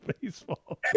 baseball